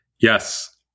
Yes